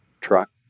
truck